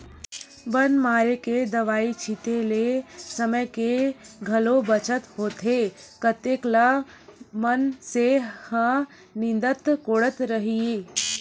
बन मारे के दवई छिते ले समे के घलोक बचत होथे कतेक ल मनसे ह निंदत कोड़त रइही